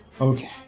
Okay